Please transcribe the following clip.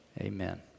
Amen